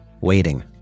waiting